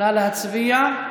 נא להצביע.